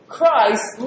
Christ